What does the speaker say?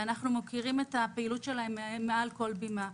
ואנחנו מוקירים את הפעילות שלהם מעל כל בימה.